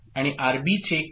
आणि आरबीचे काय